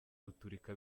duturika